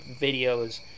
videos